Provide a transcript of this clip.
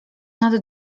nad